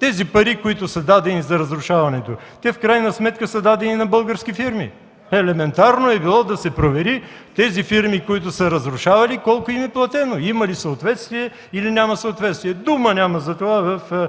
тези пари, които са дадени за разрушаването? Те в крайна сметка са дадени на български фирми. Елементарно е било да се провери на тези фирми, които са разрушавали, колко им е платено – има ли съответствие, или няма съответствие. Дума няма за това в